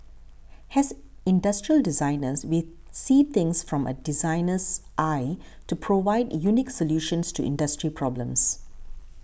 as industrial designers we see things from a designer's eye to provide unique solutions to industry problems